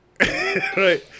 Right